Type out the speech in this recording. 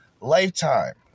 Lifetime